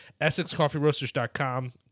EssexCoffeeRoasters.com